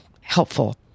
helpful